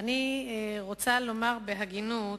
אני רוצה לומר בהגינות,